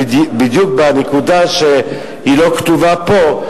בדיוק בנקודה שלא כתובה פה,